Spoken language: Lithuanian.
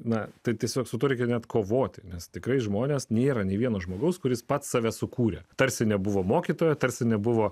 na tai tiesiog sutartį neatkovoti nes tikrai žmonės nėra nė vieno žmogaus kuris pats save sukūrė tarsi nebuvo mokytojo tarsi nebuvo